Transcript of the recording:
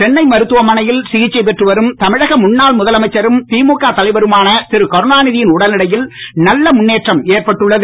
சென்னை மருத்துவமனையில் சிகிச்சை பெற்றுவரும் தமிழக முன்னாள் முதலமைச்சரும் திமுக தலைவருமான திருகருணாநிதி யின் உடல்நிலையில் நல்ல முன்னேற்றம் ஏற்பட்டுள்ளது